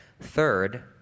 Third